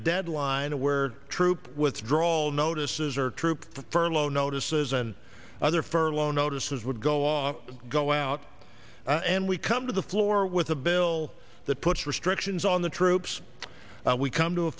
deadline the word troop withdrawal notices or troop furlough notices and other furlough notices would go on go out and we come to the floor with a bill that puts restrictions on the troops we come to a